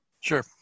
Sure